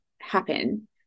happen